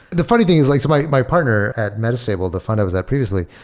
the funny thing is like so my my partner at metastable, the fund i was at previously,